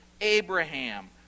Abraham